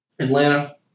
Atlanta